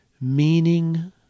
meaning